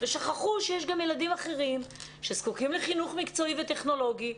ושכחו שיש גם ילדים אחרים שזקוקים לחינוך מקצועי וטכנולוגי,